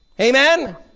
Amen